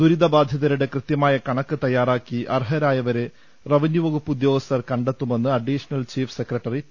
ദുരിതബാധിതരുടെ കൃത്യമായ കണക്ക് തയ്യാറാക്കി അർഹ രായവരെ റവന്യൂവകുപ്പ് ഉദ്യോഗസ്ഥർ കണ്ടെത്തുമെന്ന് additional chief secretary P